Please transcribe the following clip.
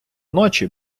ночі